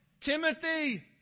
Timothy